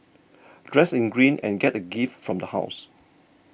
dress in green and get a gift from the house